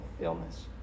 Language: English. illness